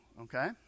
Okay